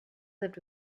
lived